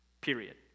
period